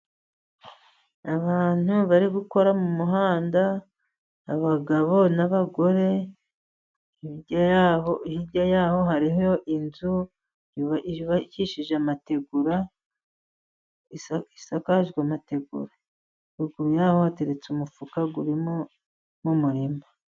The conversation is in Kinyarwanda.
Abantu bari gukora mu muhanda, abagabo n'abagore, hirya y'aho hirya y'aho hariho inzu yubakishije amategura, isakajwe amategura, ruguru y'aho hateretse umufuka uri mu murima.